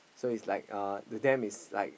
so it's like uh to them is like